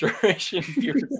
duration